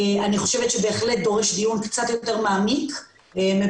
אני חושבת שזה בהחלט דורש דיון קצת יותר מעמיק מאשר